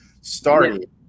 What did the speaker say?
started